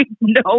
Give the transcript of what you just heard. No